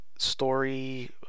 Story